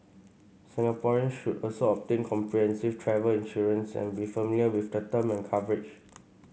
Singaporeans should also obtain comprehensive travel insurance and be familiar with the term and coverage